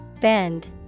Bend